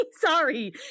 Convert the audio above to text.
Sorry